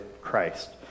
Christ